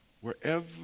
wherever